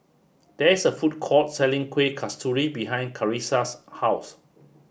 there is a food court selling Kueh Kasturi behind Carisa's house